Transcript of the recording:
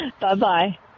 Bye-bye